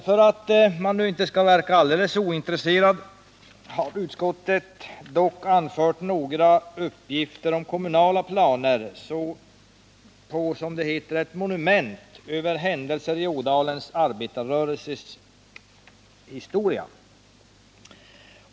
För att emellertid inte verka helt ointresserat har utskottet också anfört några uppgifter om kommunala planer på, som det heter, ”ett monument över händelser i Ådalens arbetarrörelses historia”.